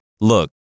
Look